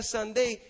Sunday